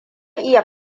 iya